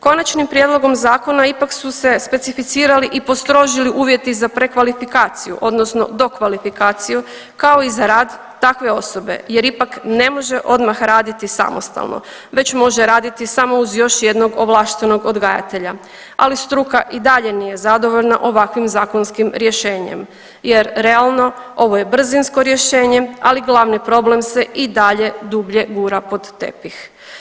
Konačnim prijedlogom zakona ipak su se specificirali i postrožili uvjeti za prekvalifikaciju odnosno dokvalifikaciju kao i za rad takve osobe jer ipak ne može odmah raditi samostalno, već može raditi samo uz još jednog ovlaštenog odgajatelja, ali struka i dalje nije zadovoljna ovakvim zakonskim rješenjem jer realno ovo je brzinsko rješenje, ali glavni problem se i dalje dublje gura pod tepih.